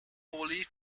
holy